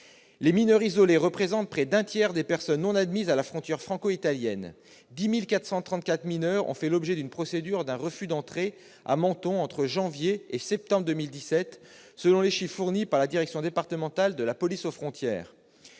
Les mineurs isolés représentent près d'un tiers des personnes non admises à la frontière franco-italienne (10 434 mineurs ont fait l'objet d'une procédure d'un refus d'entrée à Menton entre janvier et septembre 2017 selon les chiffres fournis par la direction départementale de la police aux frontières),